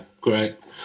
great